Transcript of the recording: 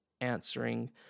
answering